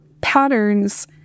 patterns